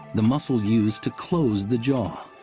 the muscle used to close the jaw.